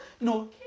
no